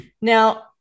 Now